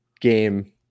game